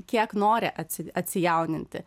kiek nori atsi atsijauninti